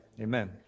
amen